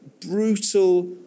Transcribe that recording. brutal